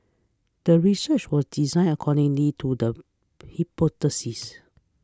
the research was designed accordingly to the hypothesis